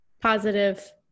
positive